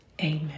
amen